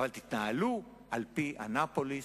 אבל תתנהלו על-פי אנאפוליס